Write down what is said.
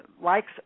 likes